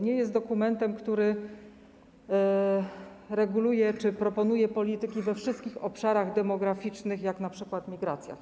Nie jest ona dokumentem, który reguluje czy proponuje polityki w wszystkich obszarach demograficznych, jak np. migracja.